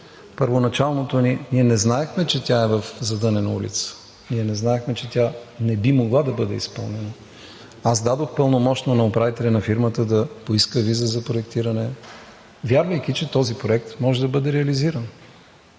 Първоначално ние не знаехме, че тя е в задънена улица. Ние не знаехме, че тя не би могла да бъде изпълнена. Дадох пълномощно на управителя на фирмата да поиска виза за проектиране, вярвайки, че този проект може да бъде реализиран.